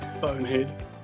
bonehead